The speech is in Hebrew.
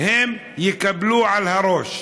הם יקבלו על הראש,